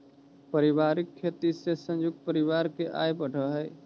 पारिवारिक खेती से संयुक्त परिवार के आय बढ़ऽ हई